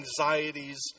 anxieties